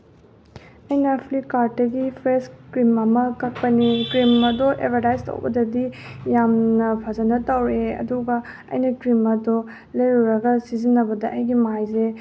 ꯑꯩꯅ ꯐ꯭ꯂꯤꯞꯀꯥꯠꯇꯒꯤ fresh cream ꯑꯃ ꯀꯛꯄꯅꯤ ꯀ꯭ꯔꯤꯝ ꯑꯗꯣ ꯑꯦꯗꯕꯔꯇꯥꯏꯖ ꯇꯧꯕꯗꯗꯤ ꯌꯥꯝꯅ ꯐꯖꯅ ꯇꯧꯔꯛꯑꯦ ꯑꯗꯨꯒ ꯑꯩꯅ ꯀ꯭ꯔꯤꯝ ꯑꯗꯣ ꯂꯩꯔꯨꯔꯒ ꯁꯤꯖꯤꯟꯅꯕꯗ ꯑꯩꯒꯤ ꯃꯥꯏꯁꯦ